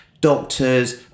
doctors